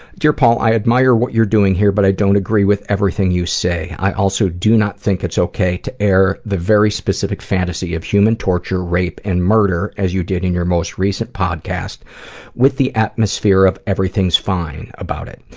dear paul, i admire what you are doing here but i don't agree with everything you say. i also do not think its ok to air the very specific fantasy of human torture, rape and murder as you did in your most recent podcast with the atmosphere of everything is fine about it.